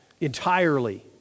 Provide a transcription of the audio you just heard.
entirely